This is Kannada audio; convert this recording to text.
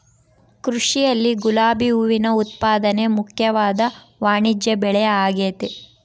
ಕೃಷಿಯಲ್ಲಿ ಗುಲಾಬಿ ಹೂವಿನ ಉತ್ಪಾದನೆ ಮುಖ್ಯವಾದ ವಾಣಿಜ್ಯಬೆಳೆಆಗೆತೆ